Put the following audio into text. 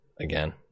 again